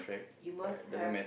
you must have